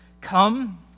come